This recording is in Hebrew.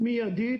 מיידית,